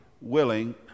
willing